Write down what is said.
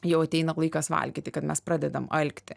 jau ateina laikas valgyti kad mes pradedam alkti